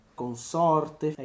consorte